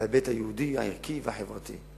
בהיבט היהודי, הערכי והחברתי.